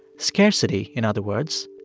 scarcity, in other words,